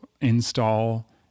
install